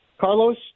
Carlos